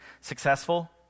successful